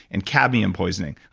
and cadmium poisoning.